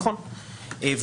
נכון,